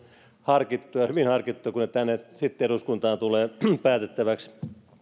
harkittuja hyvin harkittuja kun ne sitten tänne eduskuntaan tulevat päätettäväksi